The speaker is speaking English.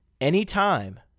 Anytime